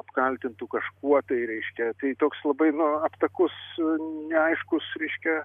apkaltintų kažkuo tai reiškia tai toks labai nu aptakus neaiškus reiškia